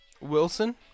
Wilson